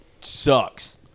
sucks